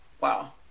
wow